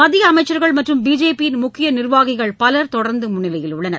மத்திய அமைச்சர்கள் மற்றும் பிஜேபி யின் முக்கிய நிர்வாகிகள் பலர் தொடர்ந்து முன்னிலையில் உள்ளனர்